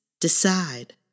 decide